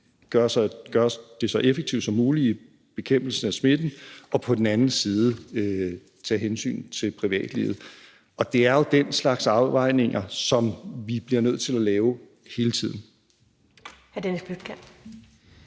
gøre det så effektivt som muligt i bekæmpelsen af smitten og på den anden side tage hensyn til privatlivet. Det er jo den slags afvejninger, som vi bliver nødt til at lave hele tiden.